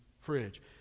fridge